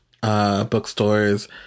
bookstores